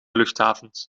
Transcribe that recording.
luchthavens